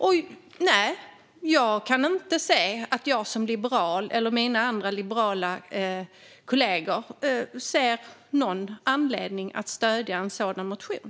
Och nej, jag kan inte se att jag som liberal eller mina liberala kollegor har någon anledning att stödja en sådan motion.